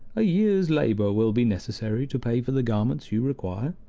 a year's labor will be necessary to pay for the garments you require.